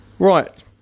Right